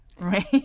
right